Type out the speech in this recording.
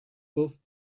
both